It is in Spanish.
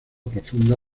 profunda